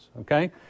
okay